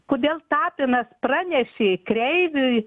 kodėl tapinas pranešė kreiviui